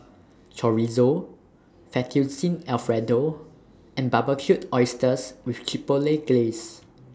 Chorizo Fettuccine Alfredo and Barbecued Oysters with Chipotle Glaze